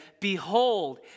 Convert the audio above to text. Behold